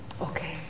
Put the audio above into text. Okay